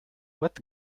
what